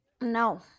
No